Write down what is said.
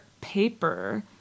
paper